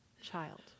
child